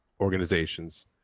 organizations